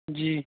جی